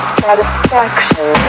satisfaction